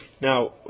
now